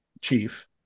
chief